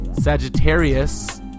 Sagittarius